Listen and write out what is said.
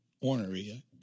ornery